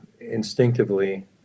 instinctively